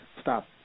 stop